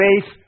faith